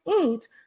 eat